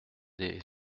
des